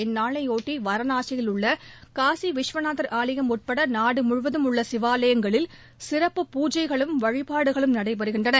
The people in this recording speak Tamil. இந்நாளைபொட்டி வாரணாசியில் உள்ள காசிவிஸ்வநாதர் ஆலயம் உட்பட நாடு முழுவதும் உள்ள சிவவாலங்களில் சிறப்பு பூஜைகளும் வழிபாடுகளும் நடைபெறுகின்றன